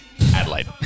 Adelaide